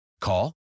Call